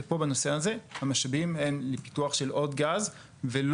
ופה בנושא הזה המשאבים הם לפיתוח של עוד גז ולא